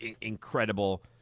incredible